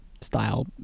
style